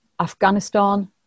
Afghanistan